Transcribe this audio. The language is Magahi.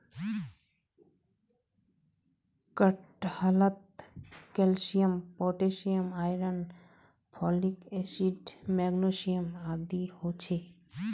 कटहलत calcium potassium iron folic acid magnesium आदि ह छे